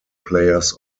players